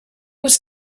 was